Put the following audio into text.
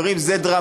חברים, זה דרמטי.